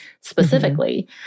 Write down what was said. specifically